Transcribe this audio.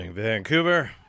Vancouver